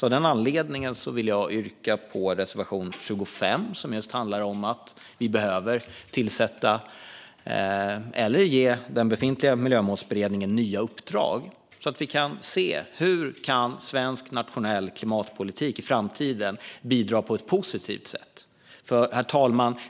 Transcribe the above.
Av den anledningen vill jag yrka bifall till reservation 25. Den handlar just om att vi behöver ge den befintliga Miljömålsberedningen nya uppdrag så att vi kan se hur svensk nationell klimatpolitik i framtiden kan bidra på ett positivt sätt. Herr talman!